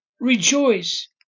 Rejoice